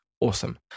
Awesome